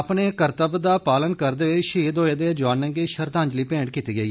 अपने कर्त्वय दा पालन करदे होई शहीद होए दे जुआनें गी श्रद्वांजलि मेंट कीती गेई